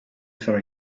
for